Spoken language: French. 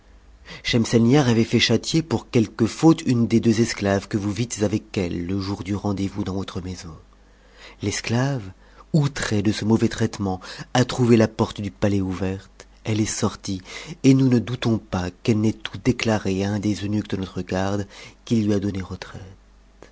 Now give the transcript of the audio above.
schemselnihar avait fait châtier pour quelque faute une des deux esclaves que vous vites avec elle le jour du rendez-vous dans votre maison l'esclave outrée de ce mauvais traitement a trouvé la porte du palais ouverte elle est sortie et nous ne doutons pas qu'elle n'ait tout déclaré à un des eunuques de notre garde qui lui a donné retraite